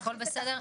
הכול בסדר.